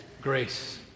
grace